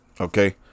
Okay